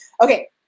Okay